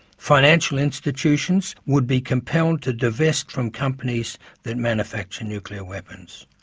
financial institutions would be compelled to divest from companies that manufacture nuclear weapons.